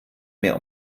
mehr